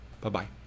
Bye-bye